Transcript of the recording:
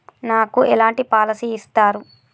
నాకు ఎలాంటి పాలసీ ఇస్తారు?